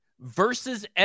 Versus